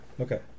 Okay